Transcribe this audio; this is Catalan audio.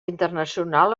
internacional